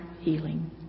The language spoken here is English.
healing